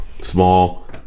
small